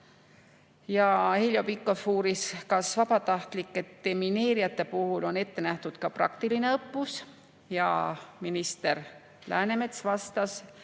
Ja Heljo Pikhof uuris, kas vabatahtlike demineerijate puhul on ette nähtud ka praktiline õppus, ja minister Läänemets vastas,